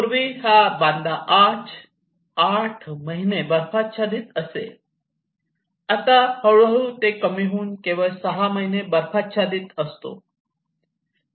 पूर्वी हा बांदा आच आठ महिने बर्फाच्छादित असे आता हळूहळू ते कमी होऊन केवळ सहा महिने बर्फाच्छादित असतो